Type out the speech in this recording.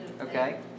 Okay